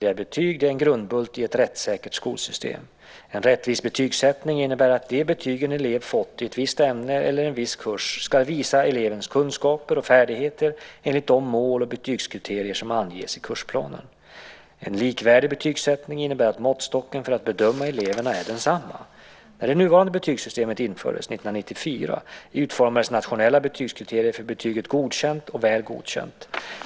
Herr talman! Ulf Nilsson har frågat mig vilka åtgärder jag avser att vidta för att stärka likvärdigheten i det svenska betygssystemet. Rättvisa och likvärdiga betyg är en grundbult i ett rättssäkert skolsystem. En rättvis betygssättning innebär att det betyg en elev fått i ett visst ämne eller en viss kurs ska visa elevens kunskaper och färdigheter enligt de mål och betygskriterier som anges i kursplanen. En likvärdig betygssättning innebär att måttstocken för att bedöma eleverna är densamma. När det nuvarande betygssystemet infördes 1994 utformades nationella betygskriterier för betygen Godkänd och Väl godkänd.